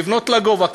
לבנות לגובה,